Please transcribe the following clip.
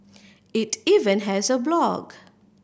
it even has a blog